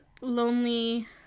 lonely